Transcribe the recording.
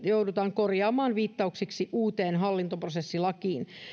joudutaan korjaamaan viittauksiksi uuteen hallintoprosessilakiin